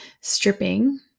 stripping